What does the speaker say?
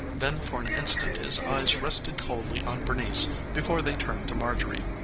then for an instant his eyes rested coldly on bernice before they turned to marjorie.